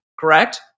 Correct